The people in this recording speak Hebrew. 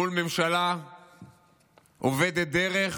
מול ממשלה אובדת דרך,